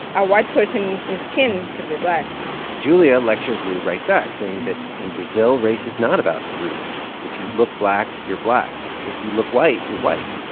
a white person in skin could be black julia lectures lu right back, saying that in brazil, race is not about roots. if you look black, you're black. if you look white, you're white.